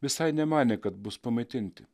visai nemanė kad bus pamaitinti